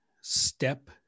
step